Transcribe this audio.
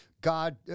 God